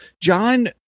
John